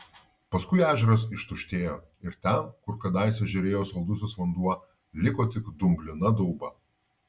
paskui ežeras ištuštėjo ir ten kur kadaise žėrėjo saldusis vanduo liko tik dumblina dauba